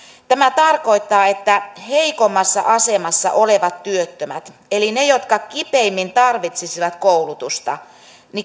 tämä tarkoittaa että heikommassa asemassa olevat työttömät eli ne jotka kipeimmin tarvitsisivat koulutusta